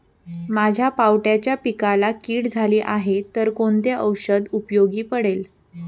माझ्या पावट्याच्या पिकाला कीड झाली आहे तर कोणते औषध उपयोगी पडेल?